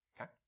Okay